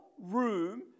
room